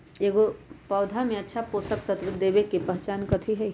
पौधा में अच्छा पोषक तत्व देवे के पहचान कथी हई?